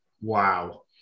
wow